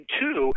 two